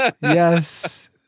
Yes